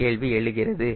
அடுத்த கேள்வி எழுகிறது